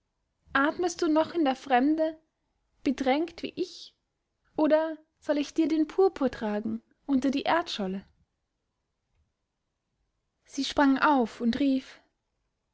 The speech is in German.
atmest du noch in der fremde bedrängt wie ich oder soll ich dir den purpur tragen unter die erdscholle sie sprang auf und rief